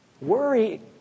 Worry